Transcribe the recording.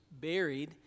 buried